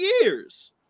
years